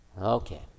Okay